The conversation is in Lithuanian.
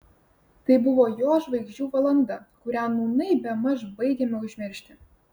tai buvo jo žvaigždžių valanda kurią nūnai bemaž baigiame užmiršti